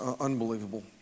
Unbelievable